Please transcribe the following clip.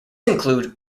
include